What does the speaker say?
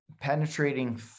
penetrating